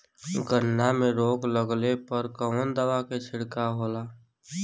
गन्ना में रोग लगले पर कवन दवा के छिड़काव होला?